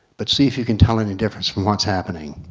but see if you can tell any difference in what's happening.